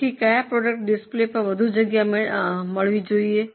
તેથી કયા પ્રોડક્ટને ડિસ્પ્લે પર વધુ જગ્યા મળવી જોઈએ